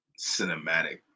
cinematic